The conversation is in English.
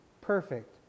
perfect